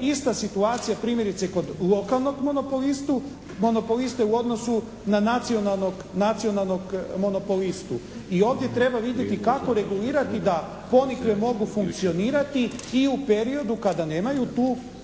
ista situacija primjerice kod lokalnog monoplistu, monopoliste u odnosu na nacionalnog, nacionalnog monopolistu. I ovdje treba vidjeti kako regulirati da Ponikve mogu funkcionirati i u periodu kada nemaju tu